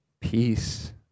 peace